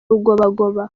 rugobagoba